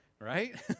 Right